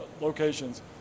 locations